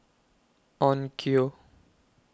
Onkyo